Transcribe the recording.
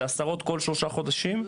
זה עשרות כל שלושה חודשים?